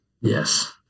Yes